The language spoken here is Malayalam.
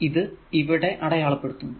ഞാൻ ഇത് ഇവിടെ അടയാളപ്പെടുത്തുന്നു